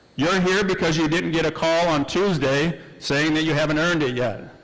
you're here because you didn't get a call on tuesday saying that you haven't earned it yet.